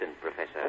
professor